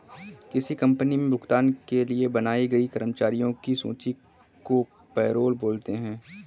किसी कंपनी मे भुगतान के लिए बनाई गई कर्मचारियों की सूची को पैरोल बोलते हैं